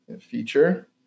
feature